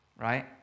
right